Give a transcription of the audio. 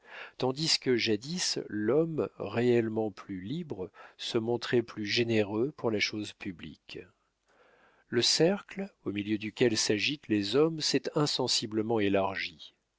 tandis que jadis l'homme réellement plus libre se montrait plus généreux pour la chose publique le cercle au milieu duquel s'agitent les hommes s'est insensiblement élargi